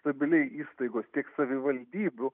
stabiliai įstaigos tiek savivaldybių